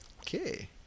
Okay